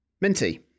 Minty